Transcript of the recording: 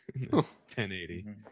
1080